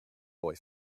boy